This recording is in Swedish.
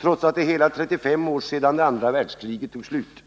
trots att det är hela 35 år sedan det andra världskriget tog slut.